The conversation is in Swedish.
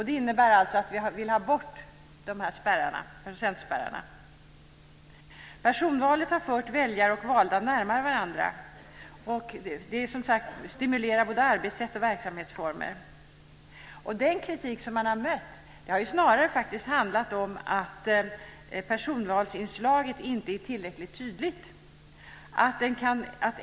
Det innebär alltså att vi vill ha bort de här spärrarna, procentspärrarna. Personvalet har fört väljare och valda närmare varandra. Det stimulerar, som sagt, både arbetssätt och verksamhetsformer. Den kritik som man har mött har faktiskt snarare handlat om att personvalsinslaget inte är tillräckligt tydligt.